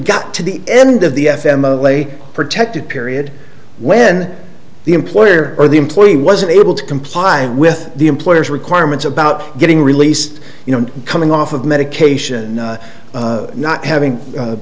got to the end of the f m of late protected period when the employer or the employee wasn't able to comply with the employer's requirements about getting released you know coming off of medication not having